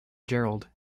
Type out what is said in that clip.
gerald